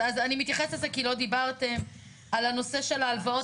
אז אני מתייחסת לזה כי לא דיברתם על הנושא של הלוואות